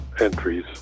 entries